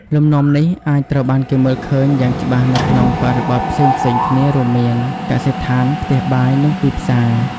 លំនាំនេះអាចត្រូវបានគេមើលឃើញយ៉ាងច្បាស់នៅក្នុងបរិបទផ្សេងៗគ្នារួមមាន កសិដ្ឋាន ផ្ទះបាយ និងទីផ្សារ។